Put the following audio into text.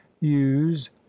use